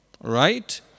Right